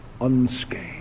unscathed